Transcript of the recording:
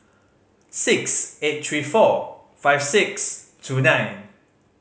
six eight three four five six two nine